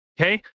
okay